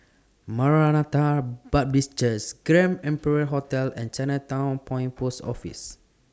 Maranatha Baptist Churches Grand Imperial Hotel and Chinatown Point Post Office